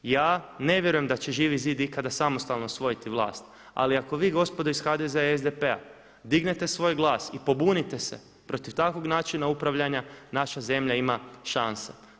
Ja ne vjerujem da će Živi zid ikada samostalno osvojiti vlast, ali ako vi gospodo iz HDZ-a i SDP-a dignete svoj glas i pobunite se protiv takvog načina upravljanja naša zemlja ima šanse.